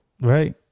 right